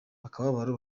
akababaro